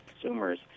Consumers